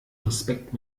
respekt